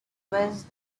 was